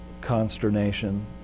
consternation